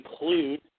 include